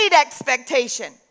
expectation